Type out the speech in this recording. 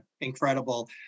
incredible